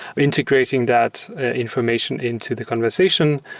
integrating that information into the conversation.